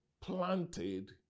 planted